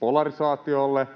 polarisaatiolle,